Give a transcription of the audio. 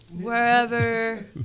wherever